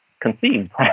conceived